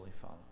follow